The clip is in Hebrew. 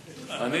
הזה.